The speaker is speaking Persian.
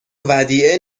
ودیعه